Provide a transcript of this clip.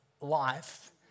life